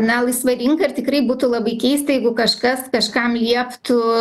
na laisva rinka ir tikrai būtų labai keista jeigu kažkas kažkam lieptų